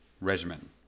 regimen